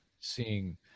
seeing